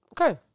Okay